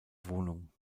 wohnung